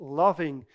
loving